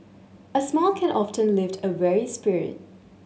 a smile can often lift a weary spirit